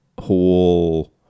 whole